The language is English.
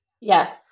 Yes